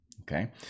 Okay